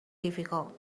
difficult